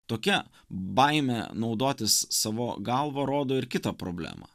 tokia baimė naudotis savo galva rodo ir kitą problemą